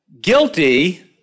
guilty